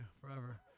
forever